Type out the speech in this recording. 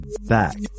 back